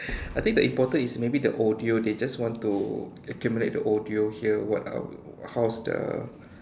I think the important is maybe the audio they just want to accumulate the audio here what are how's the